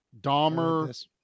Dahmer